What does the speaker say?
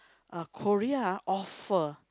a Korea offer